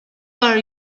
are